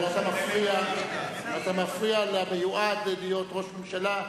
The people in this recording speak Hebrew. אבל אתה מפריע למיועד להיות ראש ממשלה,